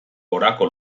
gorako